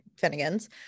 Finnegan's